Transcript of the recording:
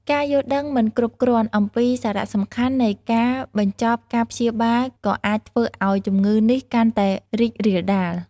ការយល់ដឹងមិនគ្រប់គ្រាន់អំពីសារៈសំខាន់នៃការបញ្ចប់ការព្យាបាលក៏អាចធ្វើឱ្យជំងឺនេះកាន់តែរីករាលដាល។